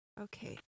Okay